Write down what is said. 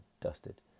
Dusted